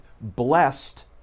blessed